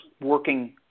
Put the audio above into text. working